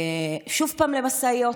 עוד פעם למשאיות.